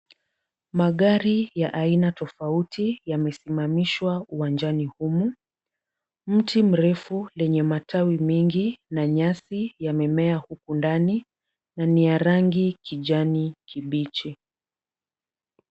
Magari ya aina tofauti yamesimamishwa uwanjani humu. Mti mrefu lenye matawi mingi na nyasi yamemea huku ndani na ni ya rangi kijani kibichi.